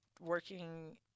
working